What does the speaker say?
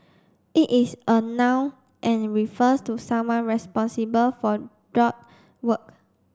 it is a noun and refers to someone responsible for drug work